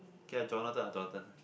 can ah Jonathan or Jordan